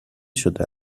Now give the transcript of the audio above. شده